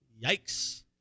Yikes